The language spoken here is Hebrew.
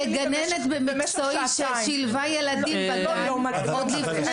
כגננת במקצועי ששילבה ילדים בגן עוד לפני